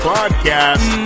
Podcast